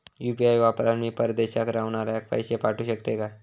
UPI वापरान मी परदेशाक रव्हनाऱ्याक पैशे पाठवु शकतय काय?